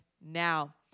now